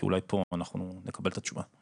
כי אולי פה אנחנו נקבל את התשובה.